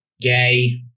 gay